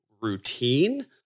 routine